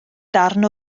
darn